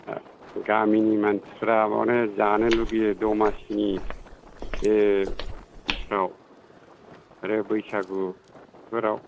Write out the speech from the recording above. गामिनि मानसिफोरा बेयावनो जानो लुबैयो दमासिनि बेफोराव आरो बैसागु बेफोराव